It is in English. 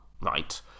Right